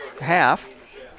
half